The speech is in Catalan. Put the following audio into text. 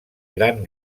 gran